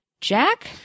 Jack